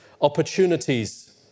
Opportunities